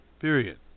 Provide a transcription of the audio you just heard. Period